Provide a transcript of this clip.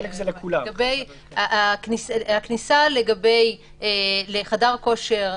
הכניסה לחדר כושר,